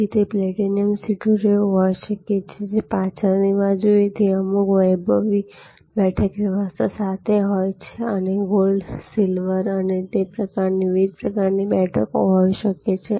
તેથી તે પ્લેટિનમ સીટો જેવું હોઈ શકે છે જે પાછળની બાજુએ અમુક વૈભવી બેઠક વ્યવસ્થા સાથે હોય છે અને તેમાં ગોલ્ડ સિલ્વર અને તે પ્રકારની વિવિધ પ્રકારની બેઠકો હોઈ શકે છે